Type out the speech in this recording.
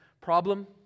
problem